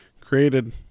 created